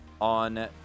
On